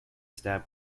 stab